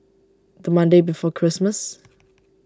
the Monday before Christmas